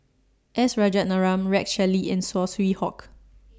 S Rajaratnam Rex Shelley and Saw Swee Hock